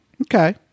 okay